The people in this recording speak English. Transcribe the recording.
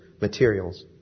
materials